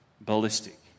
ballistic